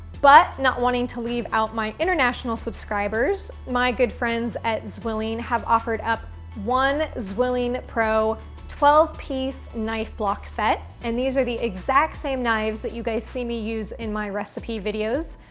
but not wanting to leave out my international subscribers, my good friends at zwilling have offered up one zwilling pro twelve piece knife block set, and these are the exact same knives that you guys see me use in my recipe videos,